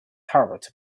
heart